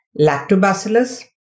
lactobacillus